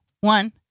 one